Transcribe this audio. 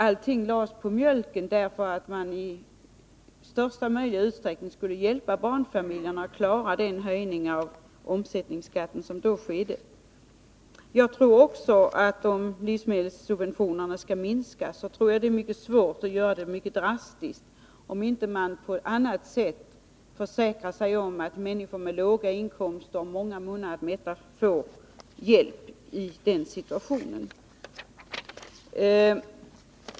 Allt lades på mjölken, eftersom man i största möjliga utsträckning skulle hjälpa barnfamiljerna att klara höjningen av omsättningsskatten. Jag tror också att det är mycket svårt att drastiskt minska livsmedelssubventionerna, om man inte på något sätt försäkrar sig om att människor med låga inkomster och hushåll med många munnar att mätta får hjälp i den situationen.